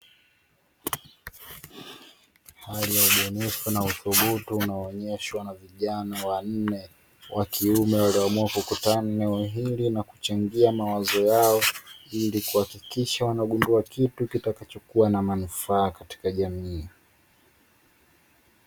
Hali ya ubunifu na udhubutu unaonyeshwa na vijana wanne wa kiume walioamua kukutana eneo hili na kuchangia mawazo yao ili kuhakikisha wanagundua kitu kitakachokuwa na manufaa katika jamii.